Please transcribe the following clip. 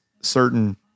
certain